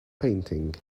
painting